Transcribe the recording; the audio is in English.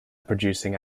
producing